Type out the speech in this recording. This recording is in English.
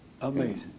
Amazing